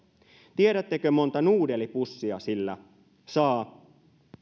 tiedättekö montako nuudelipussia sillä saa